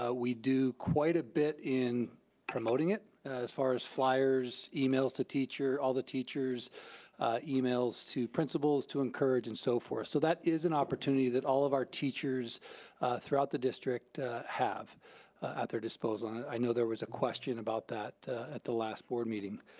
ah we do quite a bit in promoting it as far as fliers, emails to teacher. all the teachers emails emails to principals to encourage and so forth. so that is an opportunity that all of our teachers throughout the district have at their disposal and i know there was a question about that at the last board meeting.